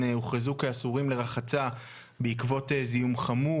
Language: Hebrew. הוכרזו כאסורים לרחצה בעקבות זיהום חמור.